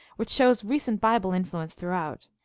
which shows recent bible influence throughout,